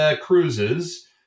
cruises